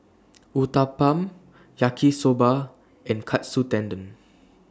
Uthapam Yaki Soba and Katsu Tendon